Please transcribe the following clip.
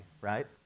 right